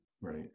Right